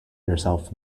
yourself